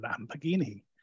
Lamborghini